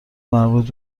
مربوط